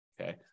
Okay